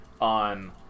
on